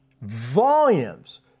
volumes